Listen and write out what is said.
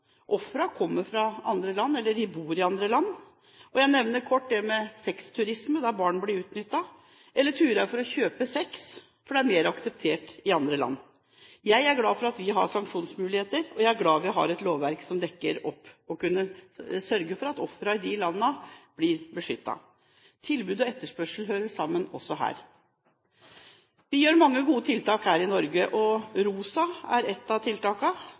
kommer fra eller bor i andre land. Jeg nevner kort sexturisme der barn blir utnyttet, eller turer for å kjøpe sex, fordi det er mer akseptert i andre land. Jeg er glad for at vi har sanksjonsmuligheter. Jeg er glad vi har et lovverk som kan dekke opp og sørge for at ofrene i de landene blir beskyttet. Tilbud og etterspørsel hører sammen også her. Vi gjør mange gode tiltak her i Norge. ROSA er ett av